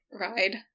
ride